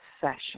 session